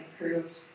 improved